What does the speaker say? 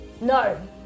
No